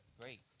Great